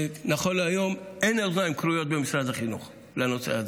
כי נכון להיום אין אוזניים כרויות במשרד החינוך לנושא הזה.